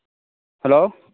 hello